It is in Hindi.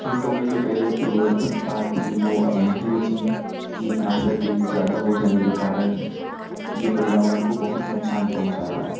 खेतों में जो पहले उर्वर्तकता थी वो अब नहीं बची कीटनाशक ज़्यादा हो जाने के कारण ये पर्यावरण को बहुत नुक़सान पहुँचा रहा है